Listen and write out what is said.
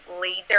later